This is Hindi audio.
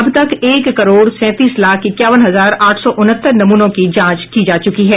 अब तक एक करोड़ सैंतीस लाख इक्यावन हजार आठ सौ उनहत्तर नमूनों की जांच की जा चुकी है